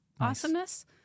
awesomeness